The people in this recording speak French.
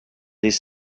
des